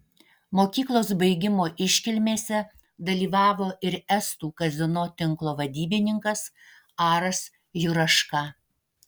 mokyklos baigimo iškilmėse dalyvavo ir estų kazino tinklo vadybininkas aras juraška